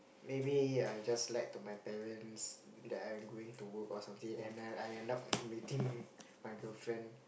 maybe I just lied to my parents that I'm going to work or something and I I end up meeting my girlfriend